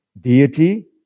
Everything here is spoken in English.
deity